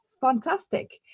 fantastic